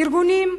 ארגונים,